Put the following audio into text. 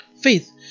Faith